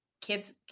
kids